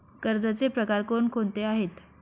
कर्जाचे प्रकार कोणकोणते आहेत?